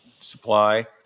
supply